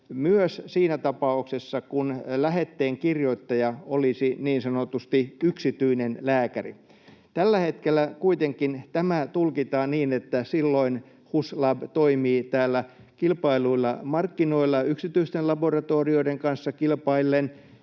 myös siinä tapauksessa, kun lähetteen kirjoittaja olisi niin sanotusti yksityinen lääkäri. Tällä hetkellä kuitenkin tämä tulkitaan niin, että silloin HUSLAB toimii kilpailluilla markkinoilla yksityisten laboratorioiden kanssa kilpaillen,